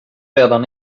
redan